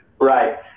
right